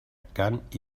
cant